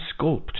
sculpt